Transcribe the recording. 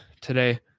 today